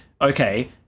okay